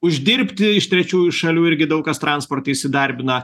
uždirbti iš trečiųjų šalių irgi daug kas transporte įsidarbina